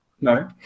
No